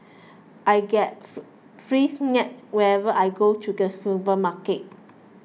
I get free snacks whenever I go to the supermarket